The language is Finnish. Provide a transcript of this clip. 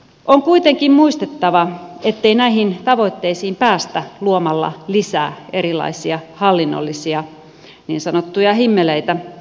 on kuitenkin muistettava ettei näihin tavoitteisiin päästä luomalla lisää erilaisia hallinnollisia niin sanottuja himmeleitä